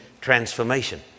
transformation